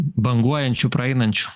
banguojančių praeinančių